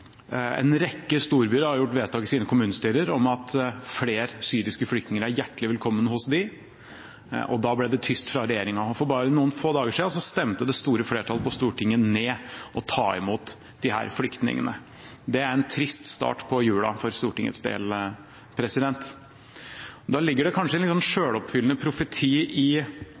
En rekke storbyer har fattet vedtak i sine kommunestyrer om at flere syriske flyktninger er hjertelig velkommen hos dem. Da ble det tyst fra regjeringen. For bare noen få dager siden stemte det store flertallet på Stortinget ned å ta imot disse flyktningene. Det er en trist start på jula for Stortingets del. Nå ligger det kanskje en selvoppfyllende profeti i